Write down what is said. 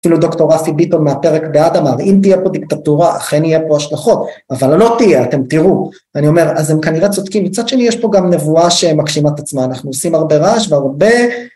אפילו דוקטור רפי ביטון מהפרק בעד אמר, אם תהיה פה דיקטטורה, אכן יהיה פה השלכות, אבל לא תהיה, אתם תראו. אני אומר, אז הם כנראה צודקים, מצד שני יש פה גם נבואה שמגשימה את עצמה, אנחנו עושים הרבה רעש והרבה...